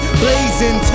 blazing